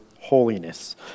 holiness